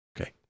Okay